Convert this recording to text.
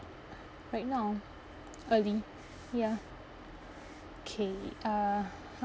right now early ya okay uh